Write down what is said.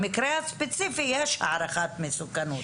במקרה הספציפי יש הערכת מסוכנות.